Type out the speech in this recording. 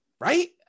Right